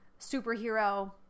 superhero